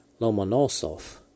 Lomonosov